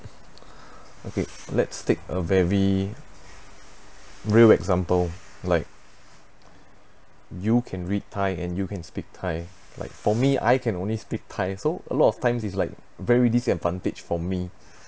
okay let's take a very real example like you can read thai and you can speak thai like for me I can only speak thai so a lot of time is like very disadvantage for me